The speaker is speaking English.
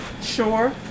Sure